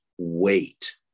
Wait